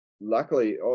luckily